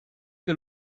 che